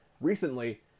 Recently